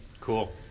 Cool